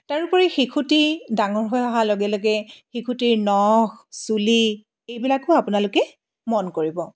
তাৰ উপৰি শিশুটি ডাঙৰ হৈ অহাৰ লগে লগে শিশুটিৰ নখ চুলি এইবিলাকো আপোনালোকে মন কৰিব